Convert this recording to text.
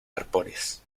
arpones